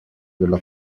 della